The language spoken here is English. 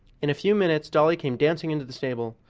in a few minutes dolly came dancing into the stable.